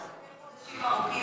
זה לא רק לחכות חודשים ארוכים,